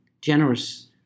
generous